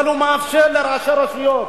אבל הוא מאפשר לראשי רשויות,